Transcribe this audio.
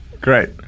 Great